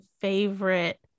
favorite